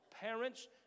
Parents